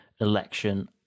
election